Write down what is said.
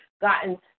gotten